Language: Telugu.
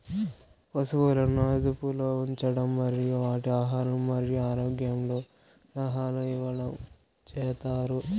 పసువులను అదుపులో ఉంచడం మరియు వాటి ఆహారం మరియు ఆరోగ్యంలో సలహాలు ఇవ్వడం చేత్తారు